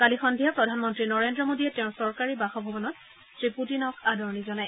কালি সন্ধিয়া প্ৰধানমন্তী নৰেন্দ্ৰ মোদীয়ে তেওঁৰ চৰকাৰী বাসভৱনত শ্ৰীপুটিনক আদৰণি জনায়